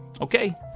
Okay